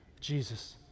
Jesus